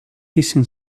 hissing